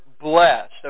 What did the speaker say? blessed